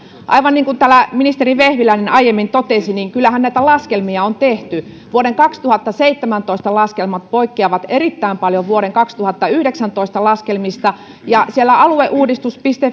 aivan niin kuin täällä ministeri vehviläinen aiemmin totesi kyllähän näitä laskelmia on tehty vuoden kaksituhattaseitsemäntoista laskelmat poikkeavat erittäin paljon vuoden kaksituhattayhdeksäntoista laskelmista ja alueuudistus